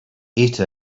ate